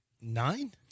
nine